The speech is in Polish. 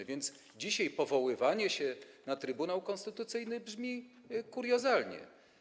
A więc dzisiaj powoływanie się na Trybunał Konstytucyjny brzmi kuriozalnie.